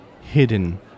hidden